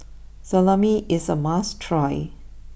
Salami is a must try